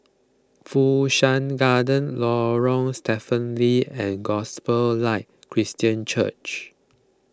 Fu Shan Garden Lorong Stephen Lee and Gospel Light Christian Church